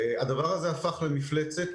זה הפך למפלצת.